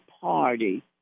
party